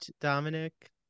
Dominic